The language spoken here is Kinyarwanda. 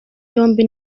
yombi